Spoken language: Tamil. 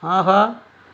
ஆஹா